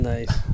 Nice